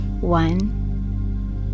one